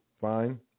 Fine